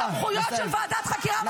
סמכויות של ועדת חקירה ממלכתית -- תודה רבה,